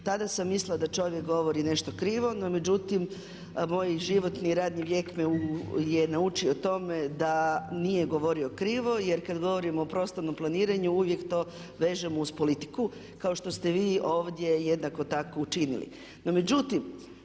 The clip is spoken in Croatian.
Tada sam mislila da čovjek govori nešto krivo, no međutim moj životni radni vijek me je naučio tome da nije govorio krivo jer kada govorimo o prostornom planiranju uvijek to vežemo uz politiku kao što ste vi ovdje jednako tako učinili.